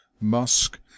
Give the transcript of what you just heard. musk